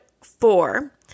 four